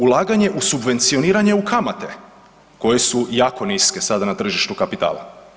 Ulaganje u subvencioniranje u kamate koje su jako niske sada na tržištu kapitala.